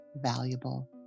valuable